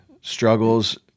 struggles